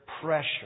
pressure